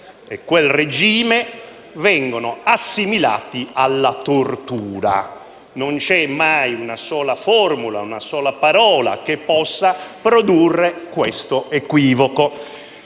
e quel regime vengono assimilati alla tortura. Non c'è mai una sola formula, una sola parola che possa produrre un tale equivoco.